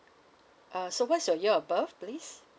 uh so what's your year of birth please